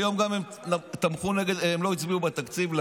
היום הם גם לא הצביעו בעד התקציב.